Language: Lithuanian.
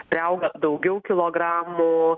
priauga daugiau kilogramų